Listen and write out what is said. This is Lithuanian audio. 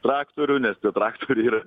traktorių nes tų traktorių yra